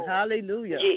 Hallelujah